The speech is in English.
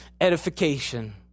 edification